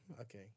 okay